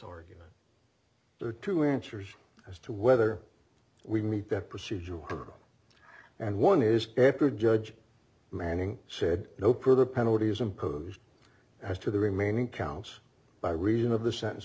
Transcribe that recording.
are two answers as to whether we meet that procedure and one is after judge manning said no per the penalties imposed as to the remaining counts by reason of the sentence